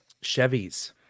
Chevy's